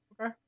Okay